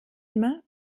immer